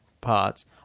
parts